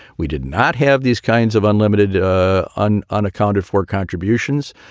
we did not have these kinds of unlimited on unaccounted for contributions.